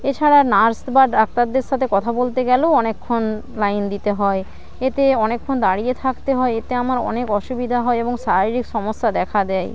এছাড়া নার্স বা ডাক্তারদের সাথে কথা বলতে গেলেও অনেকক্ষণ লাইন দিতে হয় এতে অনেকক্ষণ দাঁড়িয়ে থাকতে হয় এতে আমার অনেক অসুবিধা হয় এবং শারীরিক সমস্যা দেখা দেয়